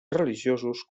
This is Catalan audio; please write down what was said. religiosos